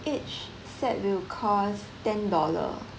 each set will cost ten dollar